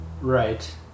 Right